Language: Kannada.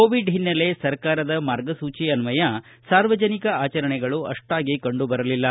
ಕೊವಿಡ್ ಹಿನ್ನೆಲೆ ಸರ್ಕಾರದ ಮಾರ್ಗಸೂಚಿ ಅನ್ವಯ ಸಾರ್ವಜನಿಕ ಆಚರಣೆಗಳು ಅಷ್ಷಾಗಿ ಕಂಡು ಬರಲಿಲ್ಲ